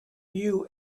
you